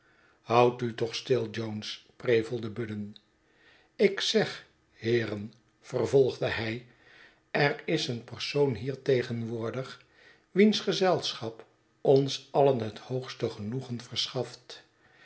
houd u toch stil jones prevelde budden ik zeg heeren vervolgde hij er is een persoon hier tegenwoordig wiens gezelschap ons alien het hoogste genoegen verschaft